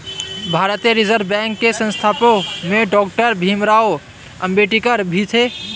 भारतीय reserve bank के संस्थापकों में डॉक्टर भीमराव अंबेडकर भी थे